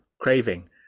craving